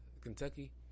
Kentucky